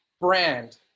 brand